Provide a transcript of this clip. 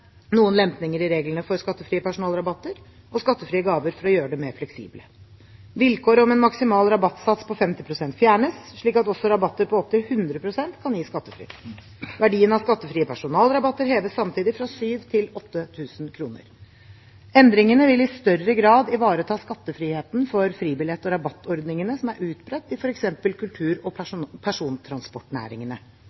noen lempninger i reglene for skattefrie personalrabatter og skattefrie gaver for å gjøre dem mer fleksible. Vilkåret om en maksimal rabattsats på 50 pst. fjernes, slik at også rabatter på opptil 100 pst. kan gis skattefritt. Verdien av skattefrie personalrabatter heves samtidig fra 7 000 kr til 8 000 kr. Endringene vil i større grad ivareta skattefriheten for fribillett- og rabattordningene som er utbredt i f.eks. kultur- og